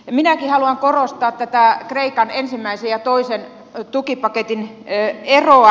minäkin haluan korostaa tätä kreikan ensimmäisen ja toisen tukipaketin eroa